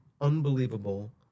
unbelievable